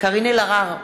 קארין אלהרר,